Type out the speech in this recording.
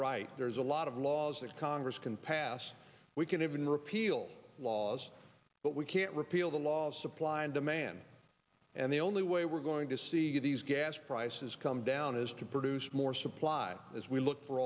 right there's a lot of laws that congress can pass we can even repeal laws but we can't repeal the law of supply and demand and the only way we're going to see these gas prices come down is to produce more supply as we look for